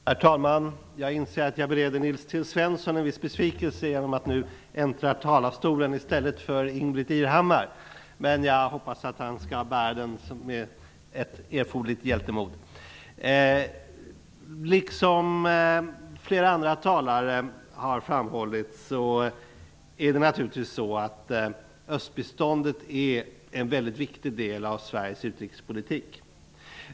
Herr talman! Jag inser att jag bereder Nils T Svensson en viss besvikelse genom att nu äntra talarstolen i stället för Ingbritt Irhammar. Men jag hoppas att han skall bära detta med ett erforderligt hjältemod. Såsom flera andra talare har framhållit är givetvis östbiståndet en mycket viktig del av Sveriges utrikespolitik.